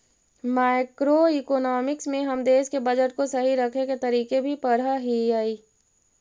macroeconomics में हम देश के बजट को सही रखे के तरीके भी पढ़अ हियई